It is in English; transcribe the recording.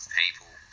people